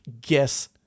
guess